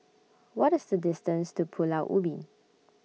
What IS The distance to Pulau Ubin